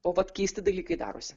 o vat keisti dalykai darosi